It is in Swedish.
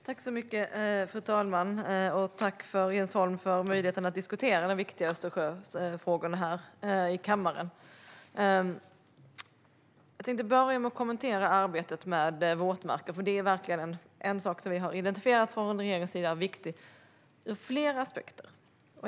Fru talman! Tack, Jens Holm, för möjligheten att diskutera de viktiga Östersjöfrågorna här i kammaren! Jag tänkte börja med att kommentera arbetet med våtmarker. Det är en sak som vi från regeringen har identifierat som viktig ur flera aspekter.